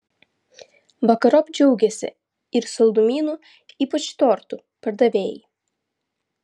vakarop džiaugėsi ir saldumynų ypač tortų pardavėjai